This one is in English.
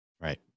Right